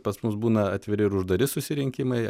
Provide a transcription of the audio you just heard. pas mus būna atviri ir uždari susirinkimai